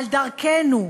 בדרכנו,